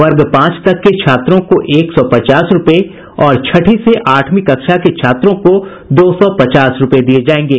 वर्ग पांच तक के छात्रों को एक सौ पचास रूपये और छठी से आठवीं कक्षा के छात्रों को दो सौ पचास रूपये दिये जायेंगे